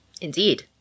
Indeed